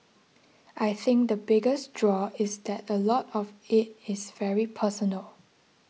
I think the biggest draw is that a lot of it is very personal